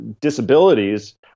disabilities